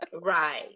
right